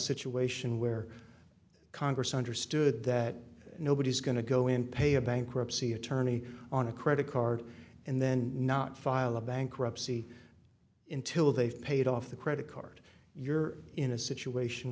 situation where congress understood that nobody is going to go in pay a bankruptcy attorney on a credit card and then not file a bankruptcy in till they've paid off the credit card you're in a situation